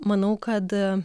manau kad